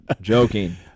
Joking